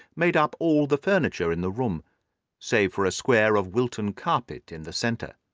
made up all the furniture in the room save for a square of wilton carpet in the centre.